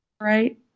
right